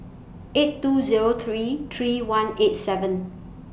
eight two Zero three three one eight seven